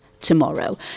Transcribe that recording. tomorrow